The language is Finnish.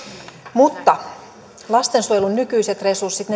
mutta lastensuojelun nykyiset resurssit